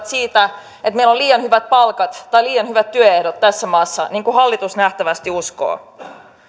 siitä että meillä on liian hyvät palkat tai liian hyvät työehdot tässä maassa niin kuin hallitus nähtävästi uskoo